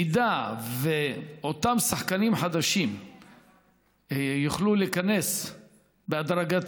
אם אותם שחקנים חדשים יוכלו להיכנס בהדרגה